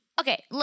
Okay